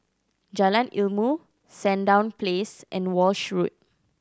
Jalan Ilmu Sandown Place and Walshe Road